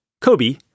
Kobe